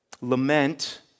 Lament